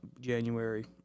January